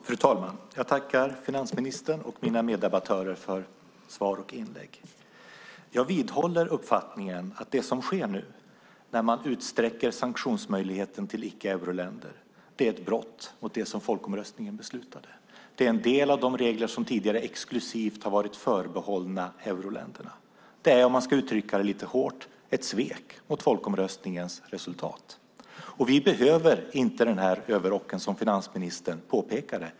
Fru talman! Jag tackar finansministern och mina meddebattörer för svar och inlägg. Jag vidhåller uppfattningen att det som sker nu när man utsträcker sanktionsmöjligheten till icke-euroländer är ett brott mot det som folkomröstningen beslutade. Det är en del av de regler som tidigare exklusivt har varit förbehållna euroländerna. Det är, om man uttrycker det lite hårt, ett svek mot folkomröstningens resultat. Vi behöver inte den här överrocken, som finansministern påpekade.